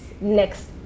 next